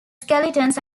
skeletons